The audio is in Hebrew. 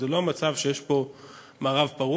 זה לא המצב, שיש פה מערב פרוע.